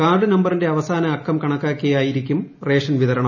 card നമ്പറിന്റെ അവസാന അക്കം കണക്കാക്കിയായിരിക്കും റേഷൻ വിതരണം